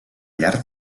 llarg